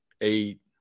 eight